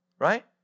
Right